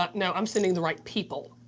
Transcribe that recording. no. i'm sending the right people.